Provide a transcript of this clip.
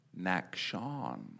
Nakshon